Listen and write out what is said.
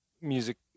music